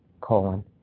colon